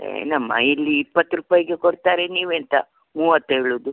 ಏನಮ್ಮ ಇಲ್ಲಿ ಇಪ್ಪತ್ತು ರೂಪಾಯಿಗೆ ಕೊಡ್ತಾರೆ ನೀವೆಂಥ ಮೂವತ್ತು ಹೇಳುದು